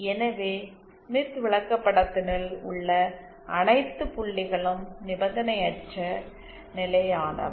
எனவே ஸ்மித் விளக்கப்படத்தினுள் உள்ள அனைத்து புள்ளிகளும் நிபந்தனையற்ற நிலையானவை